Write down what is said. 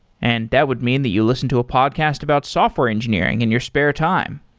and that would mean that you listen to a podcast about software engineering in your spare time,